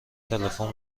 تلفن